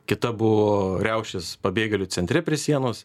kita buvo riaušės pabėgėlių centre prie sienos